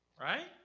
Right